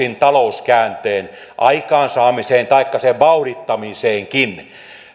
talouskäänteen aikaansaamiseen taikka sen vauhdittamiseenkin